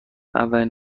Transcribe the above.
اولین